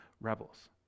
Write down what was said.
rebels